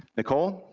nicole?